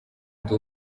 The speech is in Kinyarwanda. ndi